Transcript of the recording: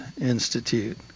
Institute